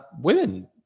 women